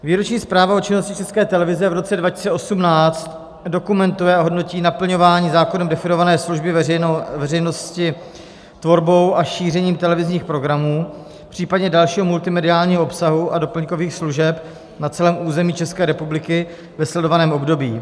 Výroční zpráva o činnosti České televize v roce 2018 dokumentuje a hodnotí naplňování zákonem definované služby veřejnosti tvorbou a šířením televizních programů, popřípadě dalšího multimediálního obsahu a doplňkových služeb na celém území České republiky ve sledovaném období.